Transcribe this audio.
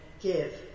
give